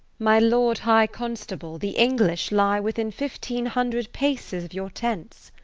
my lord high constable, the english lye within fifteene hundred paces of your tents